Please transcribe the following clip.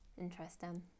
Interesting